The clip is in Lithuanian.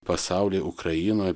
pasauly ukrainoj